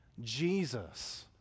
Jesus